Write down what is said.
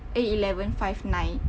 eh eleven five nine